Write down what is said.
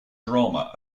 drama